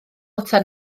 tan